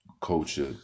culture